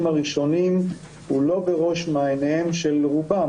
הראשונים הוא לא בראש מעייניהם של רובם,